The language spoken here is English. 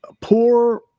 poor